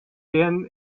been